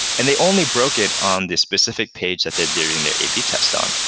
and they only broke it on this specific page that they're doing their a b test on.